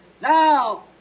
Now